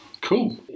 Cool